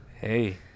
Hey